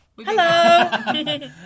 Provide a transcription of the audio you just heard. hello